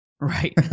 Right